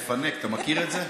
לפנק, לפנק" אתה מכיר את זה?